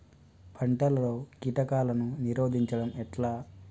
పంటలలో కీటకాలను నిరోధించడం ఎట్లా?